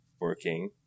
working